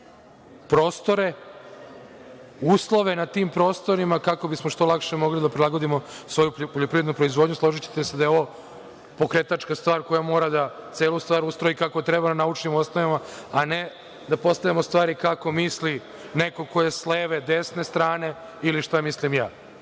prostore, uslove na tim prostorima, kako bismo što lakše mogli da prilagodimo svoju poljoprivrednu proizvodnju. Složićete se da je ovo pokretačka stvar koja mora da celu stvar ustroji kako treba na naučnim osnovama, a ne da postavljamo stvari kako misli neko ko je sa leve, desne strane ili šta mislim ja.